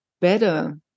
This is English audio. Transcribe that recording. better